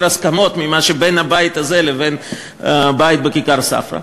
הסכמות ממה שיש בין הבית הזה לבין הבית בכיכר-ספרא.